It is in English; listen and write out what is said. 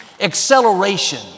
Acceleration